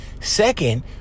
Second